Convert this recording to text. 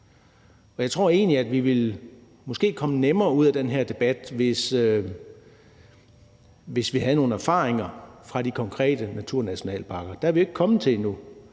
Jeg tror egentlig, at vi ville komme nemmere ud af den her debat, hvis vi havde nogle erfaringer fra de konkrete naturnationalparker, og der er vi jo ikke kommet til endnu.